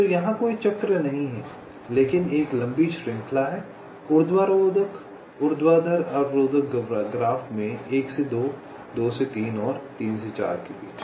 तो यहाँ कोई चक्र नहीं है लेकिन एक लंबी श्रृंखला है ऊर्ध्वाधर अवरोधक ग्राफ में 1 से 2 2 से 3 और 3 से 4 के बीच